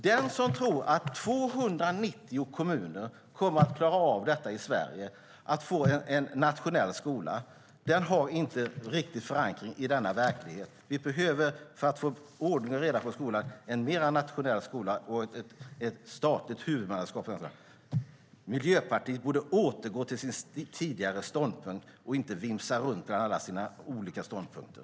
Den som tror att 290 kommuner kommer att klara av att få en nationell skola i Sverige har ingen riktig förankring i verkligheten. För att få ordning och reda i skolan behöver vi en mer nationell skola och framför allt ett statligt huvudmannaskap. Miljöpartiet borde återgå till sin tidigare ståndpunkt och inte vimsa runt bland alla sina olika ståndpunkter.